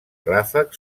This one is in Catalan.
ràfec